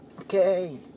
Okay